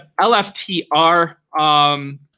LFTR